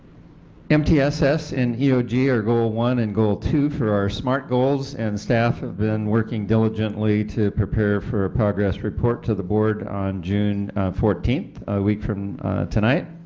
mtss and eog are goal one and goal two for our smart goals and staff have been working diligently to prepare for progress report to the board on june fourteen. a week from tonight.